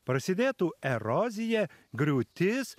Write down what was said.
prasidėtų erozija griūtis